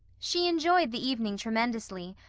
she enjoyed the evening tremendously,